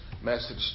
message